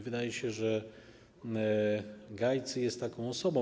Wydaje się, że Gajcy jest taką osobą.